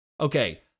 Okay